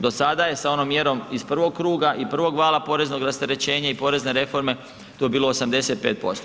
Do sada je sa onom mjerom iz prvog kruga i prvog vala poreznog rasterećenja i porezne reforme to bilo 85%